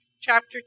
chapter